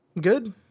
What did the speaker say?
Good